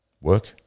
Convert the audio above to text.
Work